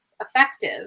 effective